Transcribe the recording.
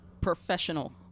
professional